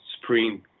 Supreme